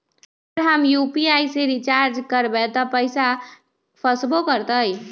अगर हम यू.पी.आई से रिचार्ज करबै त पैसा फसबो करतई?